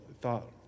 thought